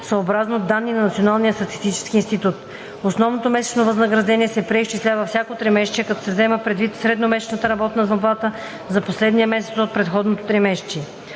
съобразно данни на Националния статистически институт. Основното месечно възнаграждение се преизчислява всяко тримесечие, като се взема предвид средномесечната работна заплата за последния месец от предходното тримесечие.